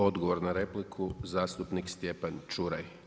Odgovor na repliku,. zastupnik Stjepan Čuraj.